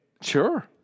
Sure